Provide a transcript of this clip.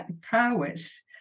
prowess